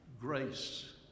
grace